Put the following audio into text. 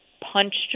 punched